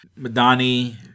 Madani